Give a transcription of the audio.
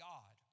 God